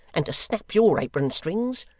and to snap your apron-strings.